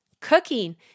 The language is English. Cooking